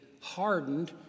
hardened